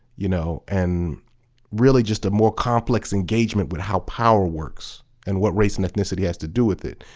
you know, and really just a more complex engagement with how power works and what race and ethnicity has to do with it.